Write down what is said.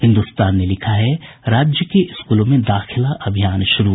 हिन्दुस्तान ने लिखा है राज्य के स्कूलों में दाखिला अभियान शुरू